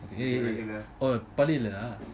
oh படிக்கலயா:padikalaya